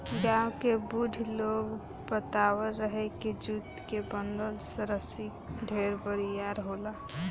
गांव के बुढ़ लोग बतावत रहे की जुट के बनल रसरी ढेर बरियार होला